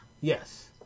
Yes